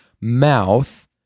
mouth